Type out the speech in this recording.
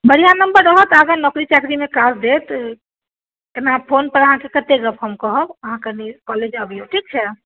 बढ़िआँ नम्बर रहत आगाँ नौकरी चाकरीमे काज देत एना फोन पर अहाँकेँ कते गप हम कहब अहाँ कनी कॉलेज अबिऔ ठीक छै